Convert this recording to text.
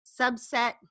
subset